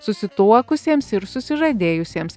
susituokusiems ir susižadėjusiems